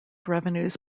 revenues